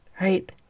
Right